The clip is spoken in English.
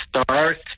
start